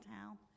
town